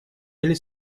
или